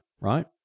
right